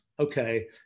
Okay